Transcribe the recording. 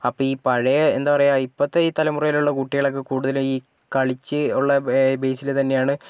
അപ്പം ഈ പഴയ എന്താ പറയാ ഇപ്പോഴത്തെ ഈ തലമുറയിലുള്ള കുട്ടികളൊക്കെ കൂടുതലും ഈ കളിച്ച് ഉള്ള ബേ ബെയിസിൽ തന്നെയാണ്